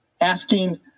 asking